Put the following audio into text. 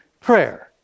prayer